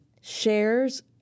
shares